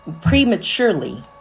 prematurely